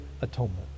atonement